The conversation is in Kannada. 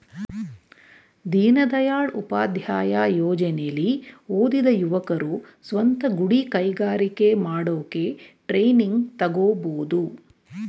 ದೀನದಯಾಳ್ ಉಪಾಧ್ಯಾಯ ಯೋಜನೆಲಿ ಓದಿದ ಯುವಕರು ಸ್ವಂತ ಗುಡಿ ಕೈಗಾರಿಕೆ ಮಾಡೋಕೆ ಟ್ರೈನಿಂಗ್ ತಗೋಬೋದು